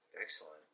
Excellent